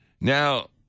now